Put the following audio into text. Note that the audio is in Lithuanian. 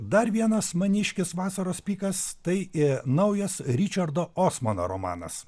dar vienas maniškis vasaros pykas tai naujas ričardo osmano romanas